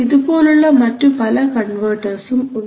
ഇതുപോലുള്ള മറ്റു പല കൺവെർട്ടർസും ഉണ്ട്